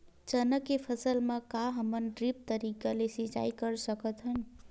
चना के फसल म का हमन ड्रिप तरीका ले सिचाई कर सकत हन?